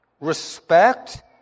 Respect